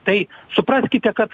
tai supraskite kad